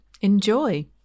Enjoy